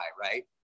right